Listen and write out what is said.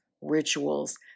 rituals